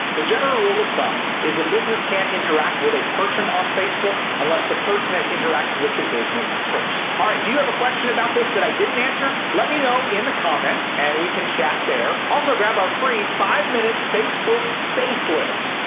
the general rule of thumb is a business can't interact with a person on facebook unless the person has interacted with the business first, aright? do you have a question about this that i didn't answer? let me know in the comments and we can chat there. also grab our free five minute facebook facelift.